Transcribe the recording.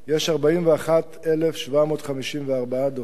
יש 41,754 דורשי עבודה.